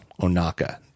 Onaka